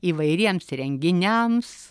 įvairiems renginiams